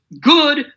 good